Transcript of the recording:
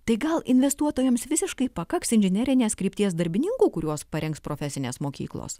tai gal investuotojams visiškai pakaks inžinerinės krypties darbininkų kuriuos parengs profesinės mokyklos